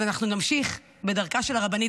אז אנחנו נמשיך בדרכה של הרבנית.